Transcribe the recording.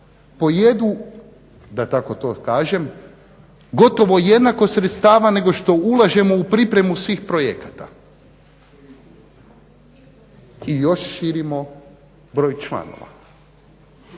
pojedu da tako to kažem gotovo jednako sredstava nego što ulažemo u pripremu svih projekata i još širimo broj članova.